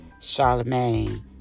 Charlemagne